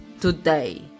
today